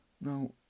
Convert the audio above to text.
now